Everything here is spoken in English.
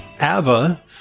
Ava